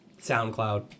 SoundCloud